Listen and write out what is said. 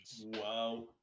Wow